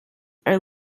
are